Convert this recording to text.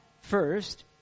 first